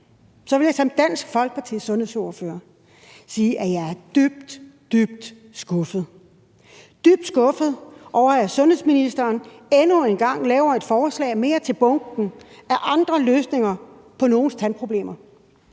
vil jeg som Dansk Folkepartis sundhedsordfører sige, at jeg er dybt, dybt skuffet. Jeg er dybt skuffet over, at sundhedsministeren endnu en gang laver et forslag mere til bunken af andre løsninger på nogens tandproblemer